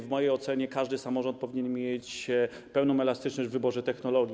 W mojej ocenie każdy samorząd powinien mieć pełną elastyczność w wyborze technologii.